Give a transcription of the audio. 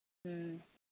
ꯎꯝ